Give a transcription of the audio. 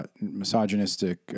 misogynistic